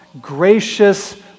gracious